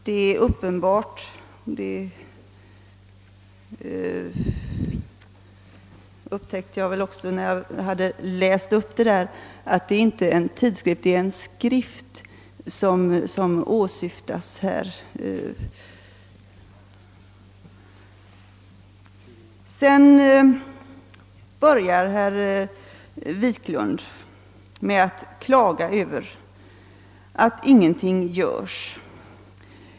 Det är uppenbart — det upptäckte även jag när jag hade läst upp det — att det inte är fråga om en tidskrift utan om en skrift. Herr Wiklund i Stockholm klagade sedan över att ingenting görs.